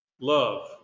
love